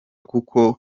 kuko